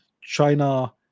China